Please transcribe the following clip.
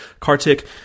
Kartik